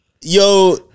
Yo